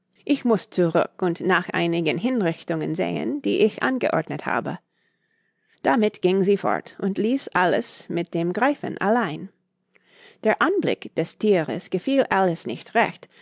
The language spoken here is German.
ich muß zurück und nach einigen hinrichtungen sehen die ich angeordnet habe damit ging sie fort und ließ alice mit dem greifen allein der anblick des thieres gefiel alice nicht recht